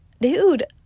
dude